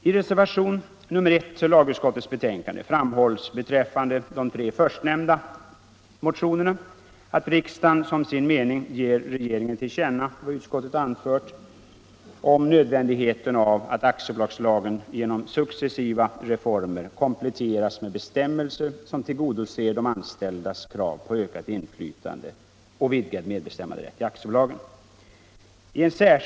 I reservationen 1 till lagutskottets betänkande framhålls beträffande de tre förstnämnda motionerna att utskottet bort hemställa ”att riksdagen --- som sin mening ger regeringen till känna vad utskottet anfört om nödvändigheten av att aktiebolagslagen genom successiva reformer kompletteras med bestämmelser som tillgodoser de anställdas krav på ökat inflytade och vidgad medbestämmanderätt i aktiebolagen”.